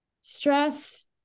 stress